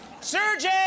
Sergey